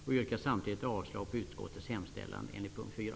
Jag yrkar samtidigt avslag på utskottets hemställan enligt p. 4.